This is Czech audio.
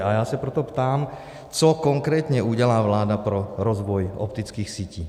A já se proto ptám, co konkrétně udělá vláda pro rozvoj optických sítí.